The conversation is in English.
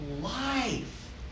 life